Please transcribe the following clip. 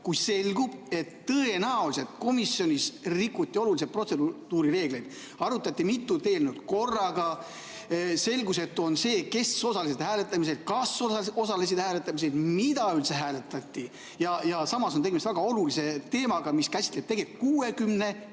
kui selgub, et tõenäoliselt komisjonis rikuti oluliselt protseduurireegleid, arutati mitut eelnõu korraga? Selgusetu on see, kes osalesid hääletamisel, kas osalesid hääletamisel ja mida üldse hääletati. Samas on tegemist väga olulise teemaga, mis käsitleb 68